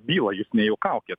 bylą jūs nejuokaukit